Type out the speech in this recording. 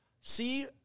See